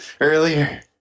earlier